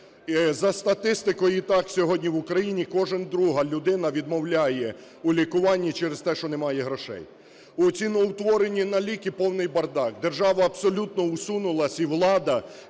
За статистикою і так сьогодні в Україні кожна друга людина відмовляє у лікуванні через те, що немає грошей. У ціноутворенні на ліки повний бардак. Держава абсолютно усунулась і влада